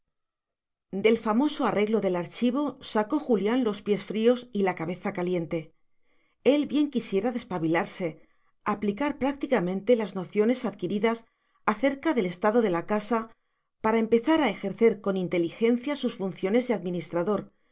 del famoso arreglo del archivo sacó julián los pies fríos y la cabeza caliente él bien quisiera despabilarse aplicar prácticamente las nociones adquiridas acerca del estado de la casa para empezar a ejercer con inteligencia sus funciones de administrador